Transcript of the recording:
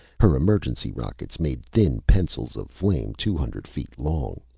her emergency rockets made thin pencils of flame two hundred feet long.